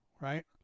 right